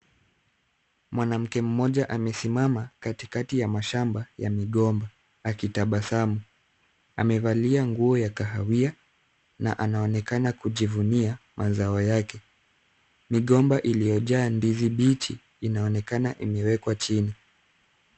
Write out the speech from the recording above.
Mwanamke mmoja amesimama katikati ya mashamba ya migomba akitabasamu. Amevalia nguo ya kahawia na anaonekana kujivunia mazao yake. Migomba iliyojaa ndizi mbichi inaonekana imewekwa chini.